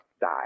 die